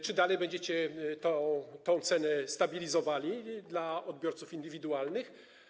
Czy dalej będziecie tę cenę stabilizowali dla odbiorców indywidualnych?